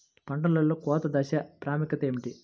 పంటలో కోత దశ ప్రాముఖ్యత ఏమిటి?